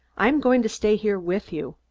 i am going to stay here with you.